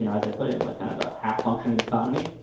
and as i put it, it like kind of a half functioning economy,